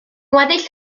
weddill